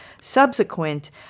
Subsequent